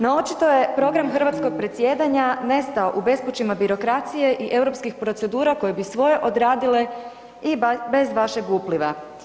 No očito je program hrvatskog predsjedanja nestao u bespućima birokracije i europskih procedura koje bi svoje odradile i bez vašeg upliva.